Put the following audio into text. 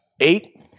Eight